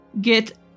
get